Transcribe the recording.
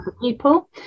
people